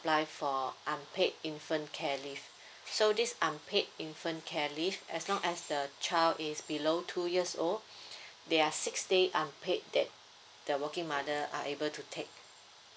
apply for unpaid infant care leave so this unpaid infant care leave as long as the child is below two years old there are six days unpaid that the working mother are able to take